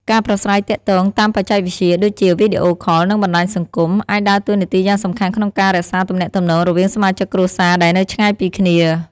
ការប្រាស្រ័យទាក់ទងតាមបច្ចេកវិទ្យា ដូចជាវីដេអូខល និងបណ្ដាញសង្គម អាចដើរតួនាទីយ៉ាងសំខាន់ក្នុងការរក្សាទំនាក់ទំនងរវាងសមាជិកគ្រួសារដែលនៅឆ្ងាយពីគ្នា។